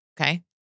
Okay